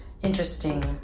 interesting